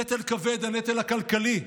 הנטל כבד, הנטל הכלכלי.